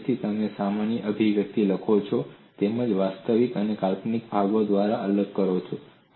અહીં ફરીથી તમે સામાન્ય અભિવ્યક્તિ લખો પછી તેમને વાસ્તવિક અને કાલ્પનિક ભાગો દ્વારા અલગ કરો